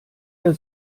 der